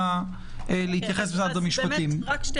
שני